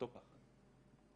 אותו פחד.